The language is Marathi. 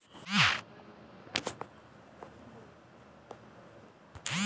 मुंगाचं उत्पादन कोनच्या जमीनीत चांगलं होईन?